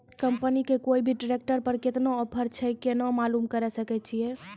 Company के कोय भी ट्रेक्टर पर केतना ऑफर छै केना मालूम करऽ सके छियै?